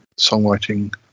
songwriting